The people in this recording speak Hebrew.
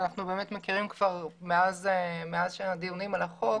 שאנחנו מכירים מאז הדיונים על החוק.